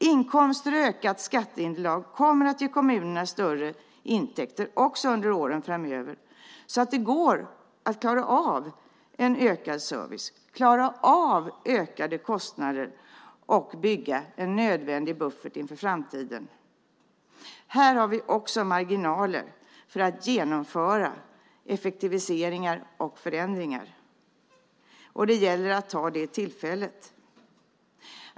Inkomster och ökat skatteunderlag kommer att ge kommunerna större intäkter också under åren framöver så att det går att klara av en ökad service, klara av ökade kostnader och bygga en nödvändig buffert inför framtiden. Här har vi också marginaler för att genomföra effektiviseringar och förändringar. Det gäller att ta det tillfället.